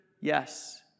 yes